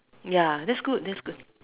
ya that's good that's good